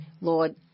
Lord